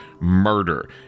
murder